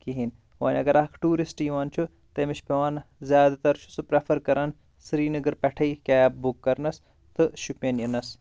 کِہیٖنۍ وۄنۍ اگر اکھ ٹوٗرِسٹ یِوان چھُ تٔمِس چھُ پٮ۪وان زیادٕ تر چھُ سُہ پرٛیفر کَران سِریٖنَگر پٮ۪ٹھے کیب بُک کَرنَس تہٕ شُپین یِنَس